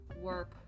work